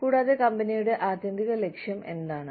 കൂടാതെ കമ്പനിയുടെ ആത്യന്തിക ലക്ഷ്യം എന്താണ്